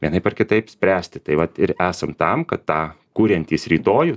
vienaip ar kitaip spręsti tai vat ir esam tam kad tą kuriantys rytojų